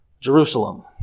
Jerusalem